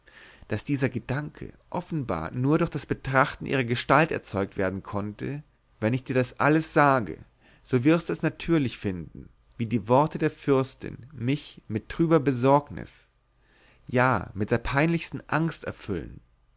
daß dieser gedanke offenbar nur durch das betrachten ihrer gestalt erzeugt werden konnte wenn ich dir das alles sage so wirst du es natürlich finden wie die worte der fürstin mich mit trüber besorgnis ja mit der peinlichsten angst erfüllen